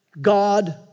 God